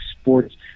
Sports